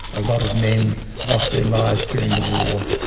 a lot of men lost their lives during the war.